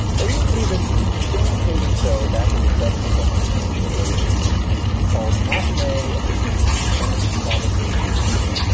there used to be this syndicated show back in the seventy s. i think it went into the early eighty s called matinee at the bijou. some of you probably remember it.